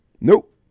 Nope